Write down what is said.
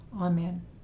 amen